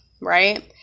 right